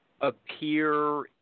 appear